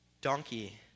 donkey